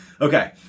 Okay